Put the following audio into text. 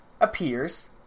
appears